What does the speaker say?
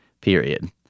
period